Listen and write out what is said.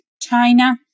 China